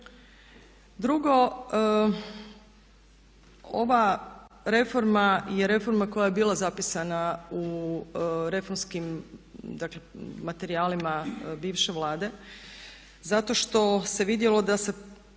Drugo, ova reforma je reforma koja je bila zapisana u reformskim dakle materijalima bivše Vlade zato što se vidjelo da se